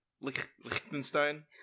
Liechtenstein